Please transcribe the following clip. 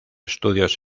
estudios